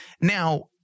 Now